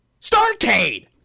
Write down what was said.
Starcade